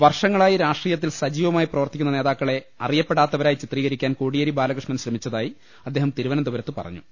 വർഷങ്ങളായി രാഷ്ട്രീയ ത്തിൽ സജീവമായി പ്രവർത്തിക്കുന്ന നേതാക്കളെ അറി യപ്പെടാത്തവരായി ചിത്രീകരിക്കാൻ കോടിയേരി ബാലകൃഷ്ണൻ ശ്രമിച്ചതായി അദ്ദേഹം തിരുവനന്തപുരത്ത് പറഞ്ഞു